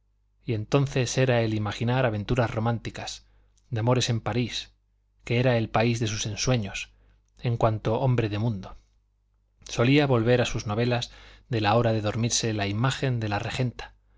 y entonces era el imaginar aventuras románticas de amores en parís que era el país de sus ensueños en cuanto hombre de mundo solía volver a sus novelas de la hora de dormirse la imagen de la regenta